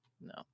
no